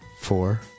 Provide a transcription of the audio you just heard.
four